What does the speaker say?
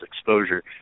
exposure